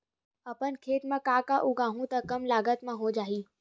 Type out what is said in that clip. अपन खेत म का का उगांहु त कम लागत म हो जाही?